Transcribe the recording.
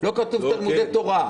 לא כתוב: תלמודי תורה.